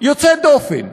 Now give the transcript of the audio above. יוצאת דופן.